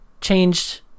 changed